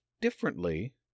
differently